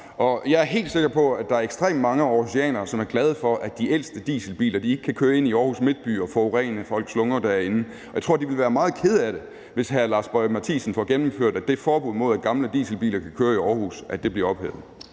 Jeg er helt sikker på, at der er ekstremt mange aarhusianere, som er glade for, at de ældste dieselbiler ikke kan køre inde i Aarhus midtby og forurene folks lunger derinde. Og jeg tror, de ville være meget kede af det, hvis hr. Lars Boje Mathiesen får gennemført, at det forbud mod, at gamle dieselbiler kan køre i Aarhus, bliver ophævet.